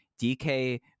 dk